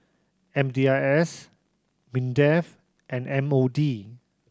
M D I S MINDEF and M O D